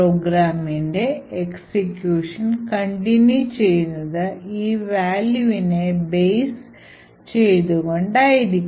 programme ഇൻറെ execution continue ചെയ്യുന്നത് ഈ വാല്യൂവിനെ ബേസ് ചെയ്ത് കൊണ്ടായിരിക്കും